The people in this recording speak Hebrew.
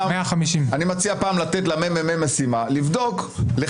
150. אני מציע פעם לתת למחלקת המחקר של הכנסת לבדוק את